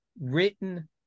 written